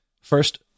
First